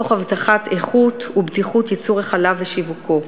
תוך הבטחת איכות ובטיחות ייצור החלב ושיווקו.